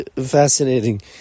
fascinating